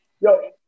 Yo